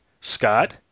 Scott